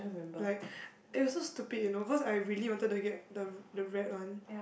like it was so stupid you know cause I really wanted to get the the red one